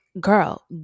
girl